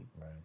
Right